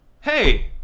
Hey